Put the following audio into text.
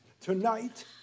Tonight